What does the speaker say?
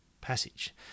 passage